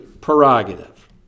prerogative